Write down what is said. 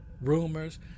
rumors